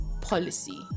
policy